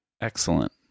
Excellent